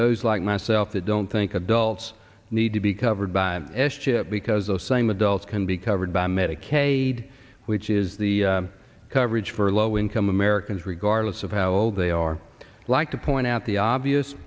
those like myself that don't think adults need to be covered by s chip because those same adults can be covered by medicaid which is the coverage for low income americans regardless of how old they are like to point out the obvious